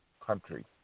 country